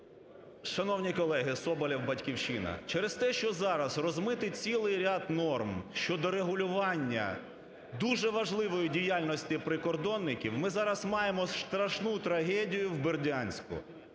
Шановні колеги! Соболєв, "Батьківщина". Через те, що зараз розмитий цілий ряд норм щодо регулювання дуже важливої діяльності прикордонників, ми зараз маємо страшну трагедію в Бердянську,